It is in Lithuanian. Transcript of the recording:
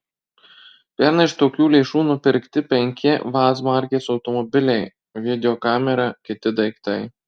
pernai iš tokių lėšų nupirkti penki vaz markės automobiliai videokamera kiti daiktai